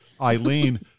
Eileen